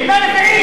בימי רביעי.